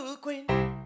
Queen